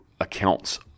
accounts